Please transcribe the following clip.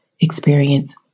experience